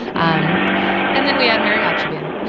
um and then we had a mariachi band